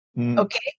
Okay